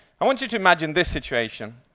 i want you to imagine this situation.